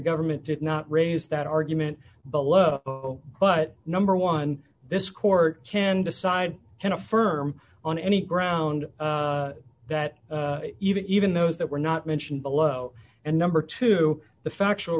government did not raise that argument below but number one this court can decide to affirm on any ground that even those that were not mentioned below and number two the factual